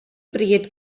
bryd